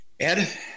Ed